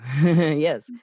Yes